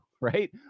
right